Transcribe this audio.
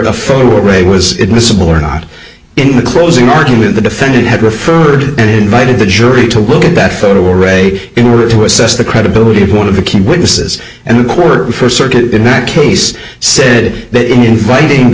a photo array was admissible or not in the closing argument the defendant had referred and invited the jury to look at that photo array in order to assess the credibility of one of the key witnesses and the court for circuit in that case said that in fighting the